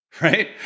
right